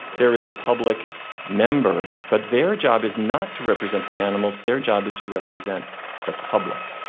there is the public member, but their job is not to represent the animals, their job is to represent the public.